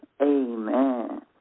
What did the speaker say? Amen